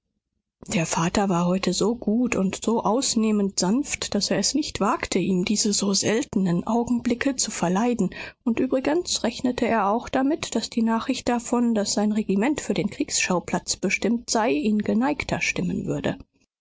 der vater war heute so gut und so ausnehmend sanft daß er es nicht wagte ihm diese so seltenen augenblicke zu verleiden und übrigens rechnete er auch damit daß die nachricht davon daß sein regiment für den kriegsschauplatz bestimmt sei ihn geneigter stimmen würde